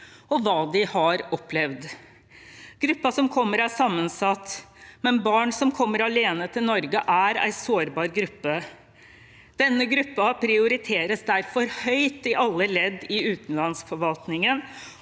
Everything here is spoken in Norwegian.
og hva de har opplevd. Gruppen som kommer, er sammensatt, men barn som kommer alene til Norge, er en sårbar gruppe. Denne gruppen prioriteres derfor høyt i alle ledd i uten landsforvaltningen,